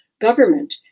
government